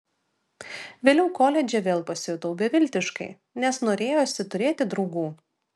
vėliau koledže vėl pasijutau beviltiškai nes norėjosi turėti draugų